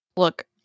Look